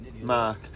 Mark